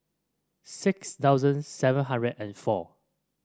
six thousand seven hundred and four